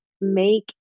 make